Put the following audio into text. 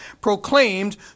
proclaimed